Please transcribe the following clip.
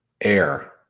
air